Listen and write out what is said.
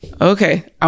Okay